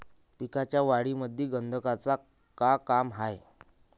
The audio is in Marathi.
पिकाच्या वाढीमंदी गंधकाचं का काम हाये?